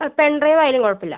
ആ പെൻഡ്രൈവ് ആയാലും കുഴപ്പമില്ല